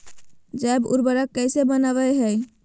जैव उर्वरक कैसे वनवय हैय?